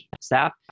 staff